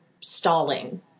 stalling